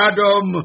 Adam